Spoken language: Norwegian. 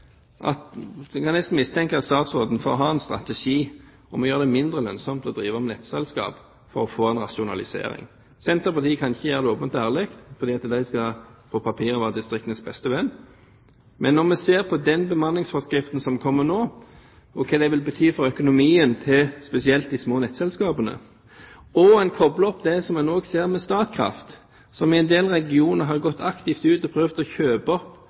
Senterpartiet kan ikke gjøre det åpent og ærlig, for de skal på papiret være distriktenes beste venn. Men når vi ser på den bemanningsforskriften som kommer nå, og hva det vil bety for økonomien til spesielt de små nettselskapene, og en kobler opp det som en også ser med hensyn til Statkraft, som i en del regioner har gått aktivt ut og prøvd å kjøpe opp